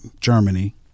Germany